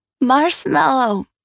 Marshmallow